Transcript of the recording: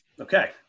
Okay